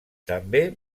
també